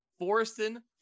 Forreston